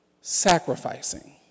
sacrificing